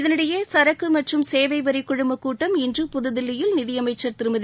இதனிடையே சரக்கு மற்றும் சேவை வரி குழுமக் கூட்டம் இன்று புதுதில்லியில் நிதியமைச்சர் திருமதி